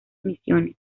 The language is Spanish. misiones